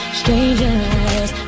strangers